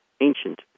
ancient